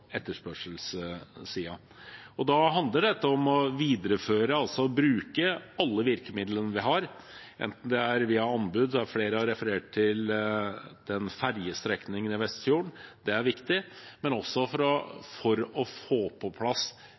Da handler dette om å videreføre, altså å bruke alle virkemidlene vi har, f.eks. via anbud. Flere har referert til ferjestrekningen i Vestfjorden, og det er viktig. Men vi må også få på plass